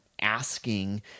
asking